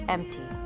Empty